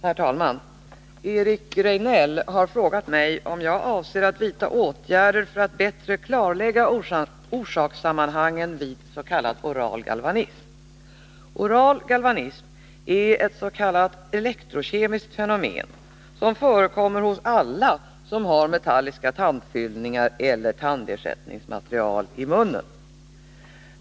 Herr talman! Eric Rejdnell har frågat mig om jag avser att vidta åtgärder för att bättre klarlägga orsakssammanhangen vid s.k. oral galvanism. Oral galvanism är ett s.k. elektrokemiskt fenomen, som förekommer hos alla som har metalliska tandfyllningar eller tandersättningsmaterial i munnen.